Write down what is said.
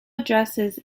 addresses